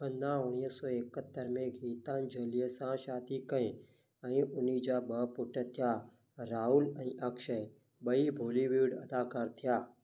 खन्ना उणिवीह सौ एकहतरि में गीतांजलीअ सां शादी कई ऐं उन्हीअ जा ॿ पुट थिया राहुल ऐं अक्षय ॿई बॉलीवुड अदाकारु थिया